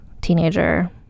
teenager